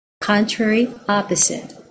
contrary-opposite